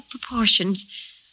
proportions